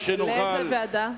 לאיזו ועדה?